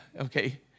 Okay